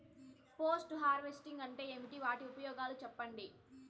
Post harvesting అంటే ఏమి? వాటి ఉపయోగాలు చెప్పండి?